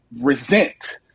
resent